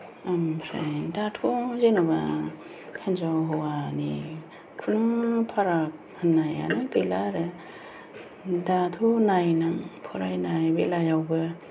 ओमफ्राय दाथ' जेनबा हिनजाव हौवानि खुनु फाराग होननायानो गैला आरो दाथ' नाय नों फरायनाय बेलायावबो